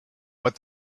what